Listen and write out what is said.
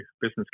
business